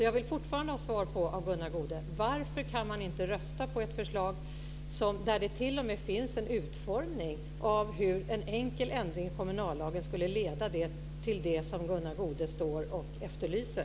Jag vill fortfarande ha svar av Gunnar Goude: Varför kan man inte rösta på ett förslag där det t.o.m. finns en utformning av hur en enkel ändring i kommunallagen skulle leda till det som Gunnar Goude efterlyser.